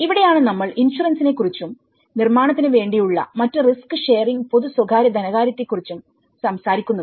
ഇവിടെയാണ് നമ്മൾ ഇൻഷുറൻസിനെ കുറിച്ചും നിർമ്മാണത്തിന് വേണ്ടിയുള്ള മറ്റ് റിസ്ക് ഷെയറിങ് പൊതു സ്വകാര്യ ധനകാര്യത്തെ കുറിച്ചും സംസാരിക്കുന്നത്